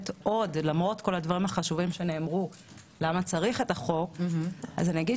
עוד למה צריך את החוק למרות כל הדברים החשובים שנאמרו.